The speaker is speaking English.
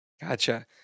Gotcha